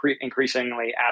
increasingly